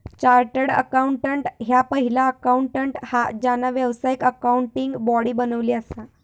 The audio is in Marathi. चार्टर्ड अकाउंटंट ह्या पहिला अकाउंटंट हा ज्यांना व्यावसायिक अकाउंटिंग बॉडी बनवली असा